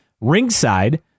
RINGSIDE